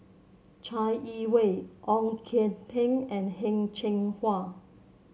Chai Yee Wei Ong Kian Peng and Heng Cheng Hwa